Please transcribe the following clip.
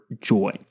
joy